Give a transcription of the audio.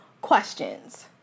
questions